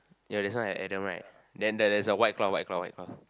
ya this one at Adam right then there's the white cloth white cloth white cloth